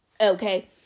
okay